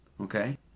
Okay